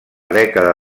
dècada